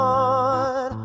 on